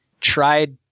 tried